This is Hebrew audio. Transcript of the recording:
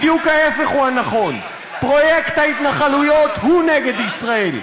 בדיוק ההפך הוא הנכון: פרויקט ההתנחלויות הוא נגד ישראל,